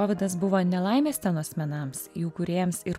kovidas buvo nelaimė scenos menams jų kūrėjams ir